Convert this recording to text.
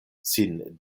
sin